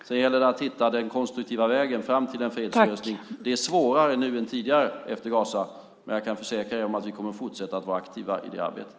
Sedan gäller det att hitta den konstruktiva vägen fram till en fredslösning. Det är svårare nu efter Gazakriget än tidigare, men jag försäkra er om att vi kommer att fortsätta att vara aktiva i det arbetet.